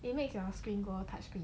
it makes you screen go touch screen